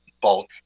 bulk